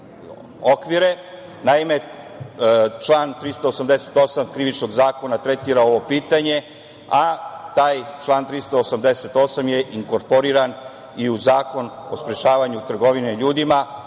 naime, član 388. Krivičnog zakona tretira ovo pitanje, a taj član 388. je inkorporiran i u Zakon o sprečavanju trgovine ljudima